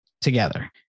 together